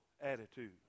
attitude